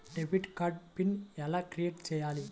Debit card pin ఎలా create చెయ్యాలి?